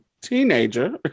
teenager